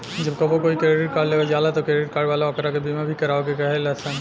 जब कबो कोई क्रेडिट कार्ड लेवे जाला त क्रेडिट कार्ड वाला ओकरा के बीमा भी करावे के कहे लसन